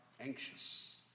anxious